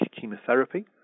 chemotherapy